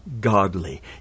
godly